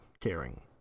caring